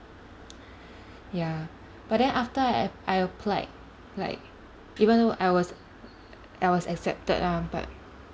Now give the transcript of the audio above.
ya but then after I I applied like even though I was a~ I was accepted lah but